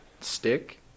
Stick